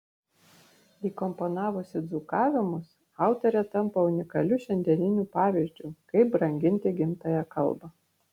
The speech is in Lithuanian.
įkomponavusi dzūkavimus autorė tampa unikaliu šiandieniniu pavyzdžiu kaip branginti gimtąją kalbą